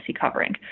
covering